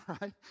right